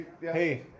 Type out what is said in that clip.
Hey